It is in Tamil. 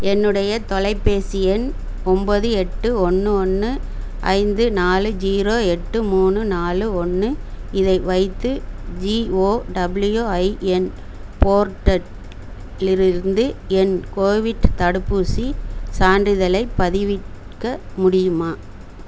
என்னுடைய தொலைபேசி எண் ஒன்பது எட்டு ஒன்று ஒன்று ஐந்து நாலு ஜீரோ எட்டு மூணு நாலு ஒன்று இதை வைத்து ஜிஓடபிள்யூஐஎன் போர்ட்டட்லிருந்து என் கோவிட்டு தடுப்பூசி சான்றிதழை பதிவிறக்க முடியுமா